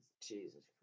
Jesus